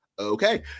Okay